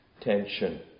tension